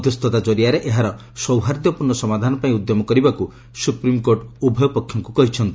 ମଧ୍ୟସ୍ଥତା ଜରିଆରେ ଏହାର ସୌହାର୍ଦ୍ଧ୍ୟପୂର୍ଣ୍ଣ ସମାଧାନ ପାଇଁ ଉଦ୍ୟମ କରିବାକୃ ସ୍ରପ୍ରିମ୍କୋର୍ଟ ଉଭୟ ପକ୍ଷଙ୍କ କହିଛନ୍ତି